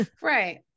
Right